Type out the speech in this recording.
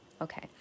Okay